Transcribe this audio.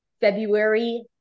February